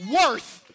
worth